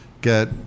get